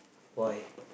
why